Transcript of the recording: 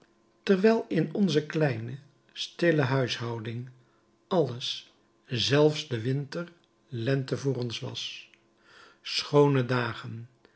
terwijl in onze kleine stille huishouding alles zelfs de winter lente voor ons was schoone dagen